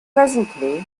presently